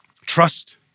Trust